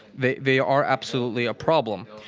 they they are absolutely a problem,